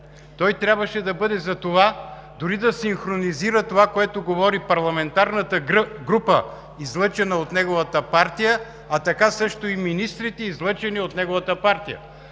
Той трябваше да бъде за това дори да синхронизира това, което говори парламентарната група, излъчена от неговата партия, а така също и министрите, излъчени от неговата партия.